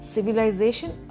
Civilization